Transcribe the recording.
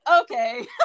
Okay